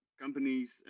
companies